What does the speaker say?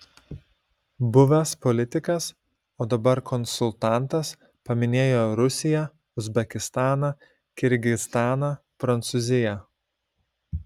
buvęs politikas o dabar konsultantas paminėjo rusiją uzbekistaną kirgizstaną prancūziją